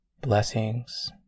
Blessings